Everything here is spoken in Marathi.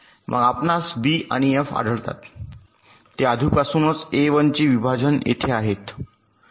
मग आपणास बी आणि एफ आढळतात ते आधीपासूनच ए १ चे विभाजन येथे आहेत